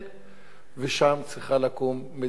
ושם צריכה לקום מדינה פלסטינית,